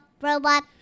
robot